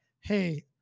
hey